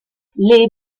les